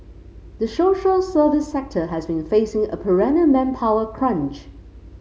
the social service sector has been facing a perennial manpower crunch